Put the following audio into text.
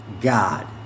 God